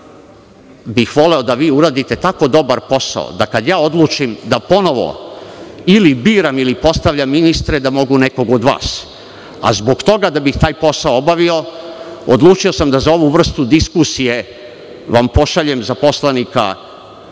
bih da vi uradite tako dobar posao da kada ja odlučim da ponovo ili biram ili postavljam ministre da mogu nekog od vas. Zbog toga, da bih taj posao obavio, odlučio sam da vam za ovu vrstu diskusije pošaljem za poslanika